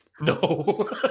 No